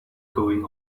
going